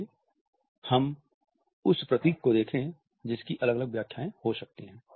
आइए हम उस प्रतीक को देखें जिसकी अलग अलग व्याख्याएं हो सकती हैं